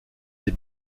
des